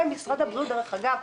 דרך אגב,